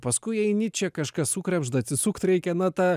paskui eini čia kažkas sukrebžda atsisukt reikia na ta